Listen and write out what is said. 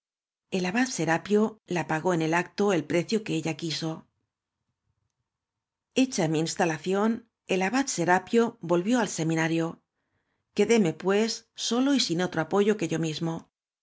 abad serapio la pagó en el acto el p r io que ella quiso mi instalación hecha el abad serapio volvió al seminario quedeme pues sólo y sin otro apoyo que yo mismo